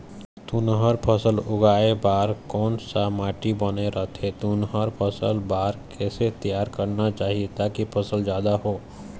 तुंहर फसल उगाए बार कोन सा माटी बने रथे तुंहर फसल बार कैसे तियारी करना चाही ताकि फसल जादा हो?